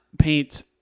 paint